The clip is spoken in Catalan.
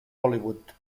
hollywood